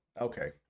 Okay